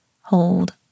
hold